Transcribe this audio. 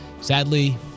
Sadly